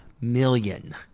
million